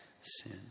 sin